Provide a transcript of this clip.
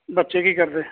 ਬੱਚੇ ਕੀ ਕਰਦੇ